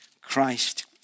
Christ